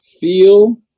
Feel